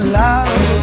love